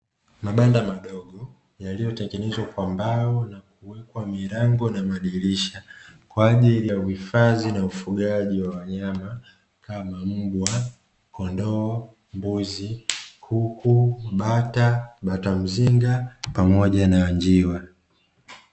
Mabanda madogo yaliyotengenezwa kwa mbao kwa milango na madirisha, kwa ajili ya uhifadhi na ufugaji wa wanyama, kama mbwa, kondoo, mbuzi, kuku, bata, bata mzinga pamoja na njiwa.